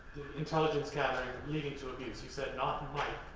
intelligence gathering leading to abuse, you said, not might,